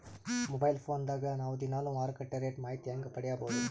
Mobile phone ದಾಗ ನಾವು ದಿನಾಲು ಮಾರುಕಟ್ಟೆ ರೇಟ್ ಮಾಹಿತಿ ಹೆಂಗ ಪಡಿಬಹುದು?